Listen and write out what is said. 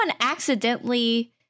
accidentally